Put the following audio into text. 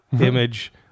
image